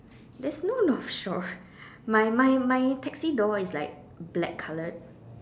there's no North Shore my my my taxi door is like black coloured